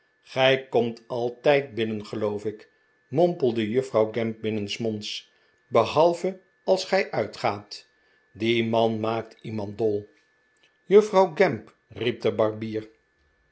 gij komt altijd binnen geloof ik mompelde juffrouw gamp binnensmonds behalve als gij uitgaat die man maakt iemand dol juffrouw gamp riep de barbier